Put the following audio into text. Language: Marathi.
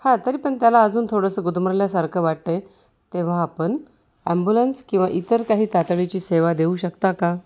हां तरी पण त्याला अजून थोडंसं गुदमरल्यासारखं वाटतं आहे तेव्हा आपण ॲम्ब्युलन्स किंवा इतर काही तातडीची सेवा देऊ शकता का